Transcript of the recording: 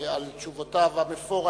על תשובותיו המפורטות,